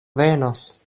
venos